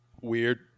weird